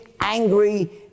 angry